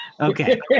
Okay